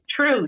true